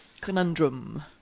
conundrum